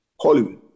Hollywood